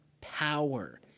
power